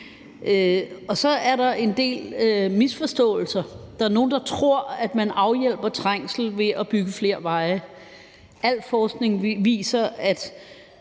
Så er der en del misforståelser. Der er nogle, der tror, at man afhjælper trængsel ved at bygge flere veje. Al forskning viser, at